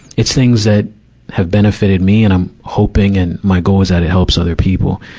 it's things that have benefitted me. and i'm hoping and my goal is that it helps other people.